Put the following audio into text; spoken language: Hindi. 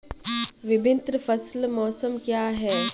विभिन्न फसल मौसम क्या हैं?